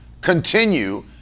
continue